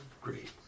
Great